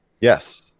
Yes